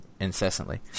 incessantly